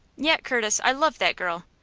yet, curtis, i love that girl.